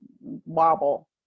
wobble